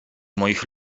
moich